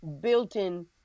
built-in